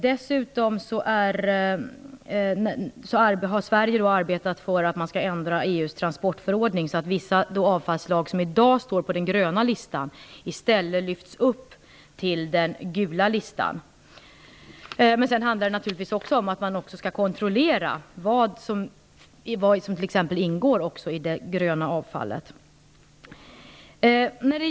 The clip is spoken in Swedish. Dessutom har Sverige arbetat för att ändra EU:s transportförordning, så att vissa avfallsslag som i dag står på den gröna listan istället lyfts upp till den gula listan. Det handlar naturligtvis också om att man skall kontrollera vad som ingår i exempelvis det gröna avfallet.